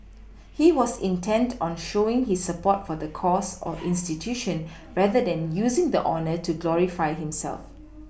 he was intent on showing his support for the cause or institution rather than using the honour to glorify himself